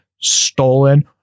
stolen